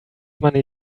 money